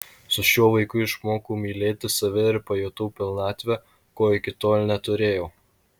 su šiuo vaiku išmokau mylėti save ir pajutau pilnatvę ko iki tol neturėjau